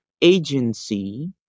agency